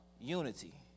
unity